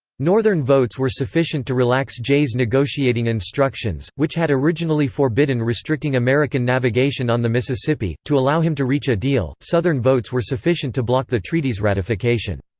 northern votes were sufficient to relax jay's negotiating instructions, which had originally forbidden restricting american navigation on the mississippi, to allow him to reach a deal southern votes were sufficient to block the treaty's ratification.